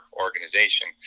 organization